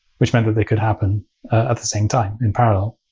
which meant that they could happen at the same time, in parallel.